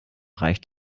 reicht